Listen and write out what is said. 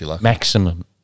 Maximum